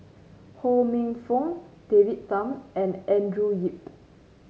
Ho Minfong David Tham and Andrew Yip